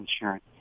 insurance